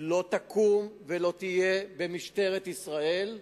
לא תקום ולא תהיה במשטרת ישראל,